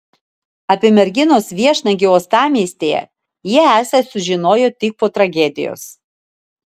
apie merginos viešnagę uostamiestyje jie esą sužinojo tik po tragedijos